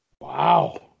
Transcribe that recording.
Wow